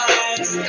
eyes